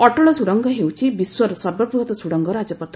ଅଟଳ ସୁଡ଼ଙ୍ଗ ହେଉଛି ବିଶ୍ୱର ସର୍ବବୃହତ ସୁଡ଼ଙ୍ଗ ରାଜପଥ